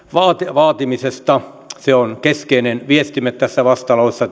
vaatimisesta tämä työllisyystilanne on keskeinen viestimme tässä vastalauseessa